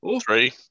Three